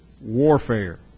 warfare